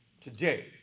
today